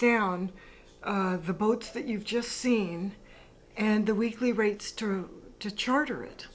down the boat that you've just seen and the weekly rates through to charter it